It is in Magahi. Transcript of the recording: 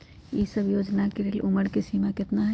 ई सब योजना के लेल उमर के सीमा केतना हई?